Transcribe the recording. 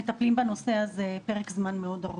מטפלים בנושא הזה פרק זמן מאוד ארוך.